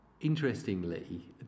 interestingly